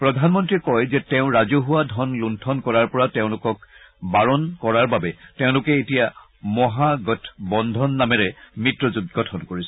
প্ৰধানমন্ত্ৰীয়ে কয় যে তেওঁ ৰাজহুৱা ধন লুষ্ঠন কৰাৰ পৰা তেওঁলোকক বাৰণ কৰাৰ বাবে তেওঁলোকে এতিয়া মহাগঠবন্ধন নামেৰে মিত্ৰজোঁট গঠন কৰিছে